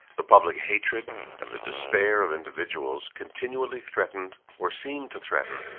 the public hatred, and the despair of individuals, continually threatened, or seemed to threaten,